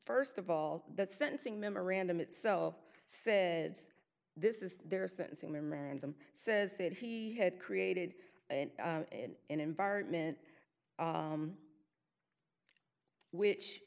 first of all the sentencing memorandum itself says this is their sentencing memorandum says that he had created an environment which